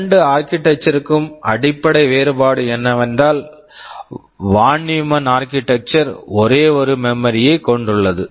இரண்டு architectures architectures -க்கும் அடிப்படை வேறுபாடு என்னவென்றால் von Neumann architecture Von Neumann architecture ஒரே ஒரு மெமரி memory -ஐ கொண்டுள்ளது